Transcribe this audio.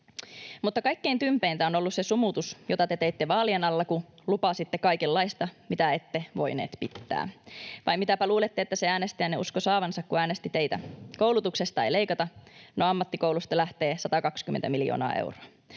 Mutta kaikkein tympeintä on ollut se sumutus, jota te teitte vaalien alla, kun lupasitte kaikenlaista, mitä ette voineet pitää. Vai mitäpä luulette, että se äänestäjänne uskoi saavansa, kun äänesti teitä? ”Koulutuksesta ei leikata” — no, ammattikoulusta lähtee 120 miljoonaa euroa.